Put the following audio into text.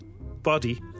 body